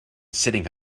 sitting